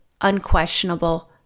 unquestionable